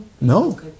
No